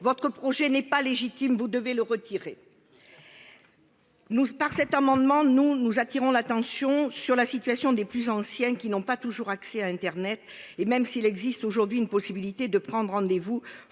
Votre projet n'est pas légitime, vous devez le retirer ! Par cet amendement, nous voulons attirer l'attention sur la situation des plus anciens, qui n'ont pas toujours accès à internet. Même s'il existe une possibilité de prendre rendez-vous,